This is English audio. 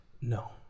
No